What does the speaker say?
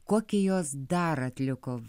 kokį jos dar atliko